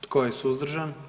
Tko je suzdržan?